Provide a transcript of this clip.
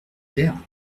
perds